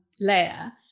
layer